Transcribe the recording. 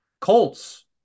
Colts